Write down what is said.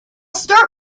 start